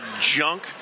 junk